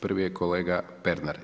Prvi je kolega Pernar.